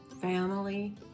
family